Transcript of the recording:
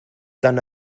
done